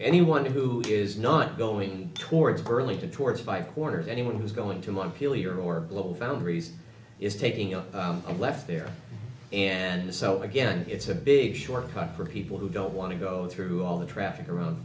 anyone who is not going towards burlington towards five corners anyone who's going to montpelier or globalfoundries is taking off and left there and so again it's a big shortcut for people who don't want to go through all the traffic around